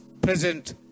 present